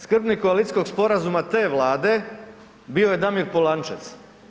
Skrbnik koalicijskog sporazuma te Vlade bio je Damir Polančec.